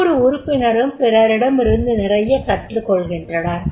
ஒவ்வொரு உறுப்பினரும் பிறரிடமிருந்து நிறைய கற்றுக் கொள்கின்றனர்